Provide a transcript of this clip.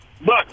Look